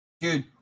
Dude